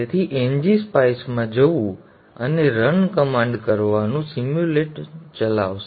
તેથી એનજીસ્પાઇસમાં જવું અને રન કમાન્ડ કરવાનું સિમ્યુલેશન ચલાવશે